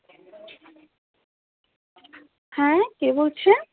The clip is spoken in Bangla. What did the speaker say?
হ্যাঁ কে বলছেন